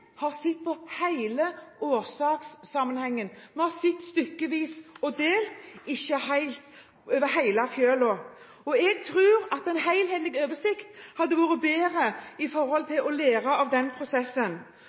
har sett på hele årsakssammenhengen. Vi har sett stykkevis og delt, ikke over hele fjøla. Jeg tror at en helhetlig oversikt hadde vært bedre